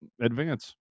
advance